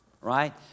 right